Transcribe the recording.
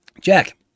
Jack